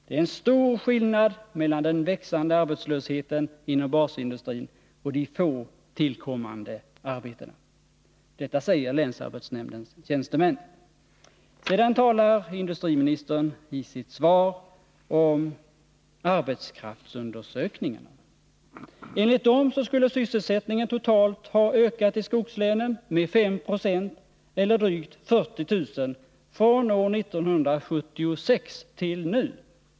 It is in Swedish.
Det är stor skillnad mellan den växande arbetslösheten inom basindustrin och de få tillkommande arbetena. Detta säger länsarbetsnämndens tjänstemän. Sedan talar industriministern i sitt svar om arbetskraftsundersökningarna. Enligt dem skulle sysselsättningen totalt ha ökat i skogslänen med 5 96 eller drygt 40 000 från år 1976 till nu.